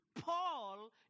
Paul